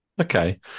okay